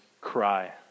cry